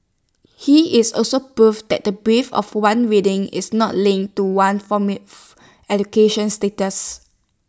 he is also proof that the breadth of one's reading is not linked to one's formal education status